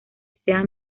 sea